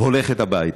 הולכת הביתה,